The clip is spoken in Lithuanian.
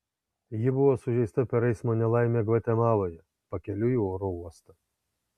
ji buvo sužeista per eismo nelaimę gvatemaloje pakeliui į oro uostą